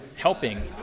helping